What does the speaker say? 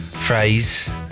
phrase